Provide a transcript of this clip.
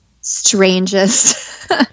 strangest